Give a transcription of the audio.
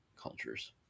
cultures